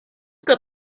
got